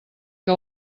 que